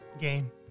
Game